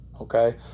okay